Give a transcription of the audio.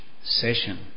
session